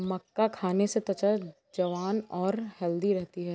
मक्का खाने से त्वचा जवान और हैल्दी रहती है